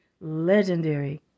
legendary